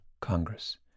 Congress